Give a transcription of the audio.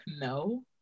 no